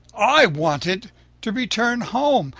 i wanted to return home.